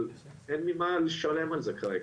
אבל אין ממה לשלם על זה כרגע.